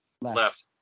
left